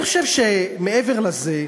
אני חושב שמעבר לזה,